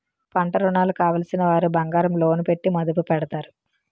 పంటరుణాలు కావలసినవారు బంగారం లోను పెట్టి మదుపు పెడతారు